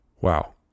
Wow